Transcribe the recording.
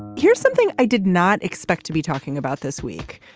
here's something i did not expect to be talking about this week.